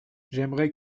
j’aimerais